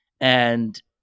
and-